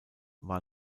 war